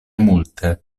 multe